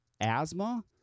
asthma